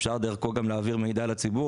אפשר דרכו גם להעביר מידע לציבור,